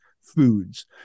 foods